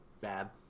bad